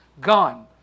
gone